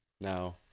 now